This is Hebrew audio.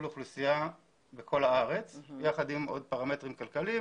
האוכלוסייה בכל הארץ יחד עם עוד פרמטרים כלכליים